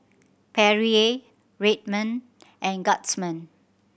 Perrier Red Man and Guardsman